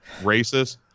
Racist